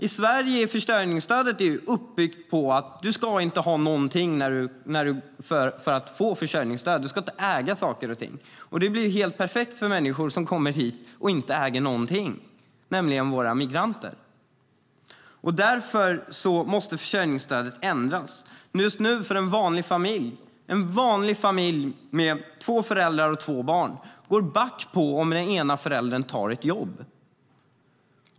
I Sverige är försörjningsstödet uppbyggt på att du inte ska ha någonting för att kunna få det. Du ska inte äga saker och ting. Det blir helt perfekt för människor som kommer hit och inte äger någonting, nämligen våra migranter. Därför måste försörjningsstödet ändras. En vanlig familj med två föräldrar och två barn går nu back om den ena föräldern tar ett jobb.